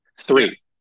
Three